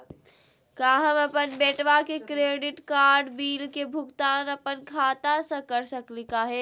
का हम अपन बेटवा के क्रेडिट कार्ड बिल के भुगतान अपन खाता स कर सकली का हे?